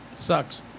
Sucks